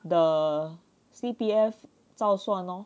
the C_P_F 照算咯